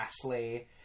Ashley-